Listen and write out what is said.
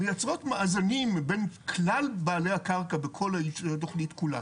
מייצרות מאזנים בין כלל בעלי הקרקע ובכל התכנית כולה.